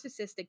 narcissistic